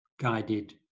guided